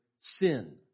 sin